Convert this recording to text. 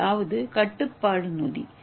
முதலாவது கட்டுப்பாடு நொதி